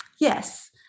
Yes